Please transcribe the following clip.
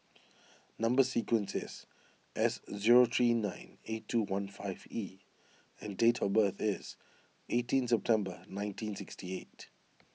Number Sequence is S zero three nine eight two one five E and date of birth is eighteen September nineteen sixty eight